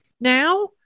now